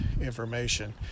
information